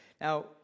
Now